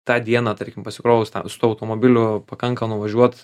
tą dieną tarkim pasikrovus tą su automobiliu pakanka nuvažiuot